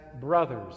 brothers